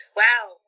wow